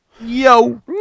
Yo